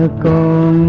ah go